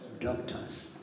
doctors